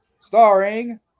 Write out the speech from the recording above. starring